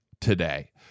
today